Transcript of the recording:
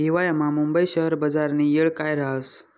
हिवायामा मुंबई शेयर बजारनी येळ काय राहस